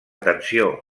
tensió